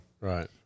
Right